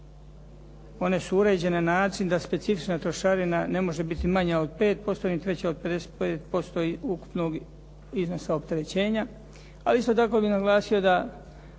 One su uređene na način da specifična trošarina ne može biti manja od 5% niti veća od 55% ukupnog iznosa opterećenja. Ali isto tako bih naglasio da